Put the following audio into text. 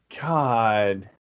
God